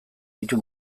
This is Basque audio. ditu